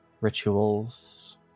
Rituals